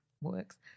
works